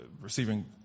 receiving